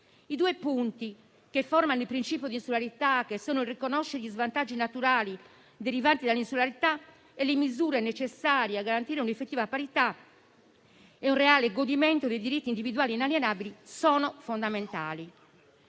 I due punti che formano il principio di insularità (riconoscere gli svantaggi naturali che ne derivano e introdurre le misure necessarie a garantire un'effettiva parità e un reale godimento dei diritti individuali inalienabili) sono fondamentali.